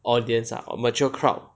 audience or mature crowd